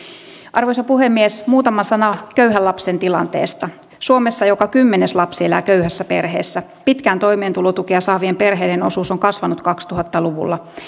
arvoisa puhemies muutama sana köyhän lapsen tilanteesta suomessa joka kymmenes lapsi elää köyhässä perheessä pitkään toimeentulotukea saavien perheiden osuus on kasvanut kaksituhatta luvulla